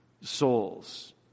souls